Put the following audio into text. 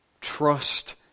trust